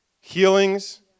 healings